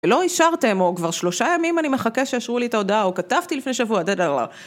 ולא אישרתם, או כבר שלושה ימים אני מחכה שיאשרו לי את ההודעה, או כתבתי לפני שבוע,